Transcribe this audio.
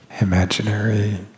imaginary